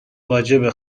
واجبه